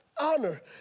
Honor